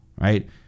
right